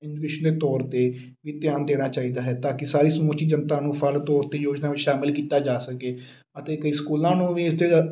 English ਨੇ ਤੌਰ 'ਤੇ ਵੀ ਧਿਆਨ ਦੇਣਾ ਚਾਹੀਦਾ ਹੈ ਤਾਂ ਕਿ ਸਾਰੀ ਸਮੁੱਚੀ ਜਨਤਾ ਨੂੰ ਫਲ ਤੌਰ 'ਤੇ ਯੋਜਨਾ ਵਿੱਚ ਸ਼ਾਮਲ ਕੀਤਾ ਜਾ ਸਕੇ ਅਤੇ ਕਈ ਸਕੂਲਾਂ ਨੂੰ ਵੀ ਇਸਤੇ ਜਾ